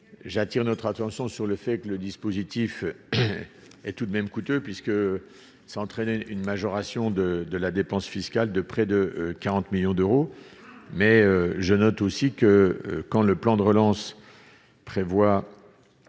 j'attire notre attention sur le fait que le dispositif est tout de même coûteuse puisque s'entraîner une majoration de de la dépense fiscale de près de 40 millions d'euros, mais je note aussi que, quand le plan de relance prévoit